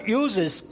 uses